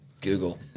Google